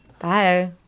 Bye